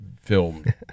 film